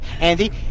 Andy